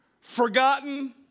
forgotten